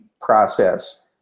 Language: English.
process